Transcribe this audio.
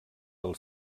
del